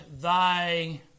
thy